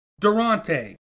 Durante